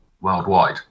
worldwide